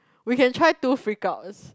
we can try two freak house